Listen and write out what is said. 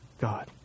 God